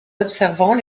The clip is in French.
observant